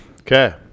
okay